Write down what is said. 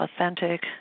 authentic